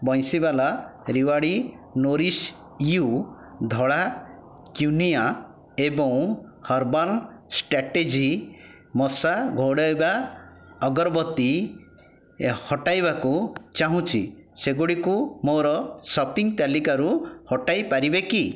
ବଂଶୀୱାଲା ରେୱଡ଼ି nourish you ଧଳା quinoa ଏବଂ ହର୍ବାଲ୍ ଷ୍ଟ୍ରାଟେଜି ମଶା ଘଉଡ଼ାଇବା ଅଗରବତୀ ହଟାଇବାକୁ ଚାହୁଁଛି ସେଗୁଡ଼ିକୁ ମୋ'ର ସପିଂ ତାଲିକାରୁ ହଟାଇ ପାରିବେ କି